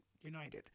United